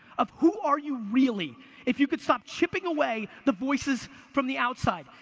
of who are you really if you could stop chipping away the voices from the outside.